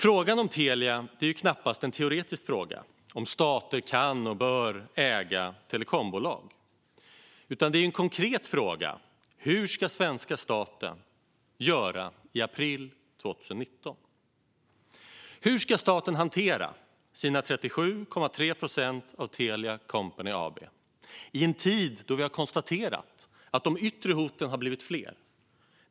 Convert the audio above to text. Frågan om Telia är knappast en teoretisk fråga, om stater kan och bör äga telekombolag, utan det är en konkret fråga: Hur ska svenska staten göra i april 2019? Hur ska staten hantera sina 37,3 procent av Telia Company AB i en tid då vi har konstaterat att de yttre hoten har blivit fler?